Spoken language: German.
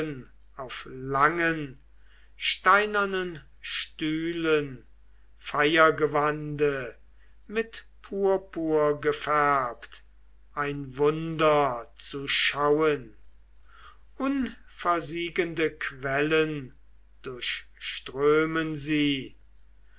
auf langen steinernen stühlen feiergewande mit purpur gefärbt ein wunder zu schauen unversiegende quellen durchströmen sie